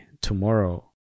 Tomorrow